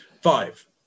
Five